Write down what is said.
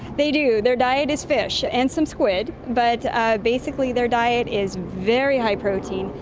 they do, their diet is fish and some squid, but ah basically their diet is very high protein,